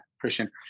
Christian